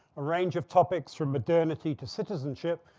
a range of topics from modernity to citizenship,